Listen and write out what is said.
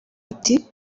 ati